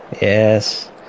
Yes